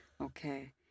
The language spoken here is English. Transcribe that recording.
Okay